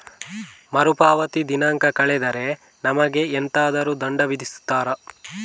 ಮರುಪಾವತಿ ದಿನಾಂಕ ಕಳೆದರೆ ನಮಗೆ ಎಂತಾದರು ದಂಡ ವಿಧಿಸುತ್ತಾರ?